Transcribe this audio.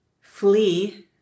flee